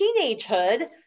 teenagehood